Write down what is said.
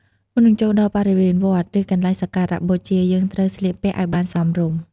មុននឹងចូលដល់បរិវេណវត្ត ឬកន្លែងសក្ការបូជា យើងត្រូវស្លៀកពាក់ឲ្យបានសមរម្យ។